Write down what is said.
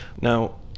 Now